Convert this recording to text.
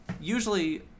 usually